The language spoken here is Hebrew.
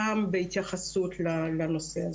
גם בהתייחסות לנושא הזה.